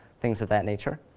things of that nature.